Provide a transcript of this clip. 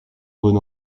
bon